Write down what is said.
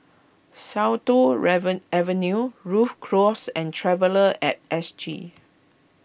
Sian Tuan Avenue Rhu Cross and Traveller at S G